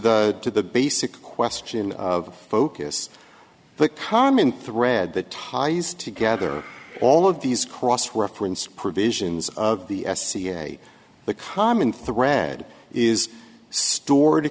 the to the basic question of focus the common thread that ties together all of these cross reference provisions of the s c a the common thread is stor